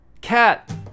cat